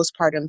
postpartum